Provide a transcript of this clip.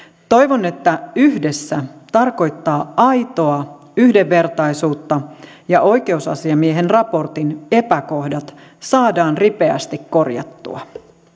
toivon että yhdessä tarkoittaa aitoa yhdenvertaisuutta ja oikeusasiamiehen raportin epäkohdat saadaan ripeästi korjattua